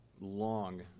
long